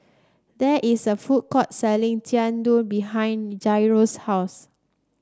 there is a food court selling Jian Dui behind Jairo's house